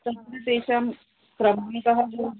तत्र तेषां क्रंवितः भवद्भिः